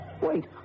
Wait